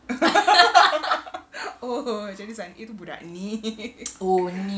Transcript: oh macam ni zan itu budak ini